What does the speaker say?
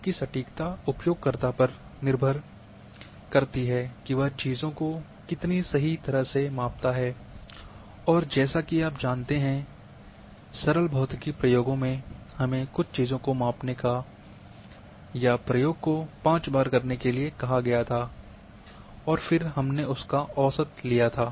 जबकि सटीकता उपयोगकर्ता पर निर्भर करती है कि वह चीजों को कितनी सही तरह से मापता है और जैसा की आप जानते सरल भौतिकी प्रयोगों में कि हमें कुछ चीजों को मापने या प्रयोग को 5 बार करने के लिए कहा गया था और फिर हमने उसका औसत लिया था